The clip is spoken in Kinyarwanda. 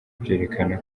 byerekana